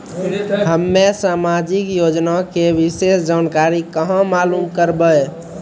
हम्मे समाजिक योजना के विशेष जानकारी कहाँ मालूम करबै?